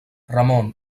ramon